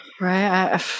Right